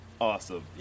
awesome